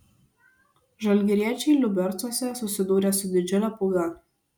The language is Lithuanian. žalgiriečiai liubercuose susidūrė su didžiule pūga